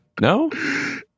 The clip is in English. No